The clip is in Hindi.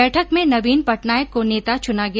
बैठक में नवीन पटनायक को नेता चुना गया